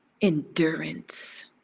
endurance